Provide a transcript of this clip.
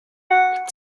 ale